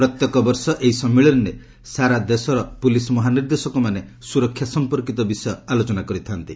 ପ୍ରତ୍ୟେକ ବର୍ଷ ଏହି ସମ୍ମିଳନୀରେ ସାରା ଦେଶର ପୁଲିସ୍ ମହାନିର୍ଦ୍ଦେଶକମାନେ ସୁରକ୍ଷା ସମ୍ପର୍କୀତ ବିଷୟ ଆଲୋଚନା କରିଥାନ୍ତି